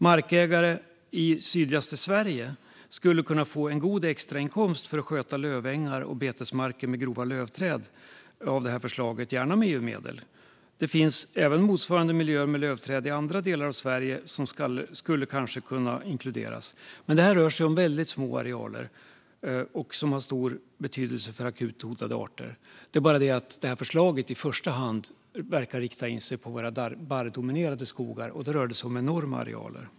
Markägare i sydligaste Sverige skulle kunna få en god extra inkomst för att sköta lövängar och betesmarker med grova lövträd med hjälp av förslaget - gärna med EU-medel. Det finns även motsvarande miljöer med lövträd i andra delar av Sverige som skulle kunna inkluderas. Det rör sig om små arealer, men de har mycket stor betydelse för området Akut hotade arter. Det är bara så att förslaget i första hand verkar rikta in sig på våra barrdominerade skogar, och då rör det sig om enorma arealer.